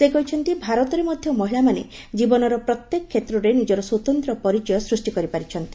ସେ କହିଛନ୍ତି ଭାରତରେ ମଧ୍ୟ ମହିଳାମାନେ ଜୀବନର ପ୍ରତ୍ୟେକ କ୍ଷେତ୍ରରେ ନିଜର ସ୍ୱତନ୍ତ୍ର ପରିଚୟ ସୃଷ୍ଟି କରିପାରିଛନ୍ତି